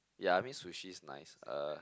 ya I mean sushi's nice uh